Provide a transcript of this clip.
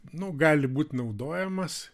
nu gali būt naudojamas